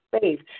faith